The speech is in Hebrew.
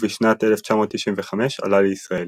ובשנת 1995 עלה לישראל.